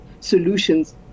solutions